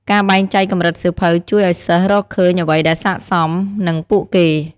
ការបែងចែកកម្រិតសៀវភៅជួយឱ្យសិស្សរកឃើញអ្វីដែលស័ក្តិសមនឹងពួកគេ។